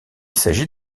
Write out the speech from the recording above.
s’agit